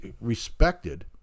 respected